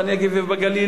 בנגב ובגליל,